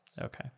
Okay